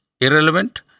irrelevant